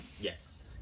Yes